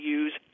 use